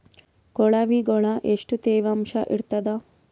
ಕೊಳವಿಗೊಳ ಎಷ್ಟು ತೇವಾಂಶ ಇರ್ತಾದ?